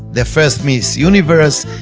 the first miss universe,